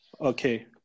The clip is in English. Okay